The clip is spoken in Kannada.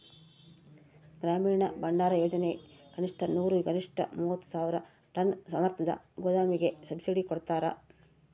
ಗ್ರಾಮೀಣ ಭಂಡಾರಯೋಜನೆ ಕನಿಷ್ಠ ನೂರು ಗರಿಷ್ಠ ಮೂವತ್ತು ಸಾವಿರ ಟನ್ ಸಾಮರ್ಥ್ಯದ ಗೋದಾಮಿಗೆ ಸಬ್ಸಿಡಿ ಕೊಡ್ತಾರ